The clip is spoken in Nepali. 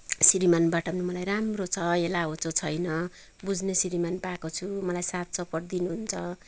श्रीमानबाट पनि मलाई राम्रो छ हेलाहोचो छैन बुझ्ने श्रीमान पाएको छु मलाई साथ सपोर्ट दिनुहुन्छ